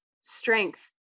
strength